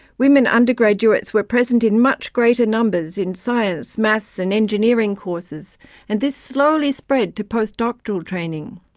women undergraduates were present in much greater numbers in science, maths and engineering courses and this slowly spread to postdoctoral training.